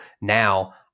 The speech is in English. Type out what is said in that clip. now